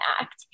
act